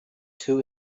two